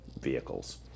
vehicles